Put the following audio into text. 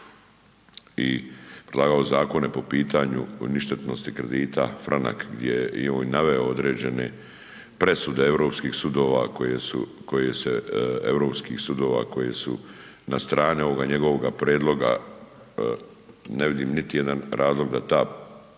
i predlagao zakone po pitanju ništetnosti kredita CHF, gdje je i on naveo određene presude europskih sudova koje su na strani ovoga njegovoga prijedloga, ne vidim niti jedan razlog da ta potpora